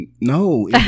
No